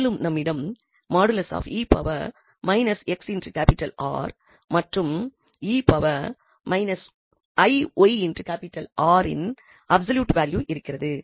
மேலும் நம்மிடம் |𝑒−𝑥𝑅| மற்றும் 𝑒−𝑖𝑦𝑅இன் அப்சொலூட் வேல்யூ இருக்கிறது